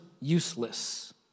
useless